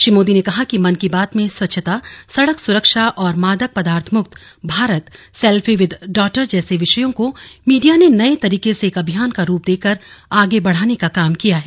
श्री मोदी ने कहा कि मन की बात में स्वच्छता सड़क सुरक्षा और मादक पदार्थ मुक्त भारत सेल्फी विद डॉटर जैसे विषयों को मीडिया ने नये तरीके से एक अभियान का रूप देकर आगे बढ़ाने का काम किया है